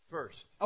First